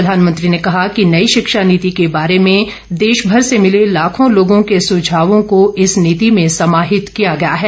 प्रधानमंत्री ने कहा कि नई शिक्षा नीति के बारे में देशभर से मिले लाखों लोगों के सुझावों को इस नीति में समाहित किया गया है